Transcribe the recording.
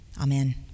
Amen